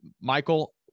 Michael